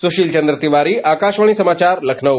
सुशील चंद्र तिवारी आकाशवाणी समाचार लखनऊ